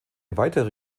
weitere